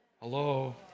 Hello